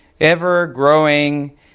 ever-growing